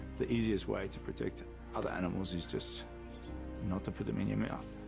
the easiest way to protect other animals is just not to put them in your mouth.